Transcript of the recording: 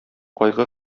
кайгы